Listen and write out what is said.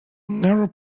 narrow